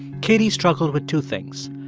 katie struggled with two things.